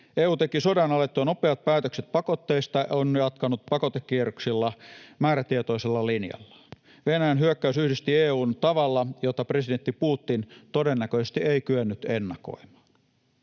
EU teki sodan alettua nopeat päätökset pakotteista ja on jatkanut pakotekierroksilla määrätietoisella linjalla. Venäjän hyökkäys yhdisti EU:n tavalla, jota presidentti Putin todennäköisesti ei kyennyt ennakoimaan.